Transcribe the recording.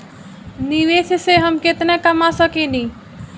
निवेश से हम केतना कमा सकेनी?